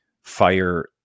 fire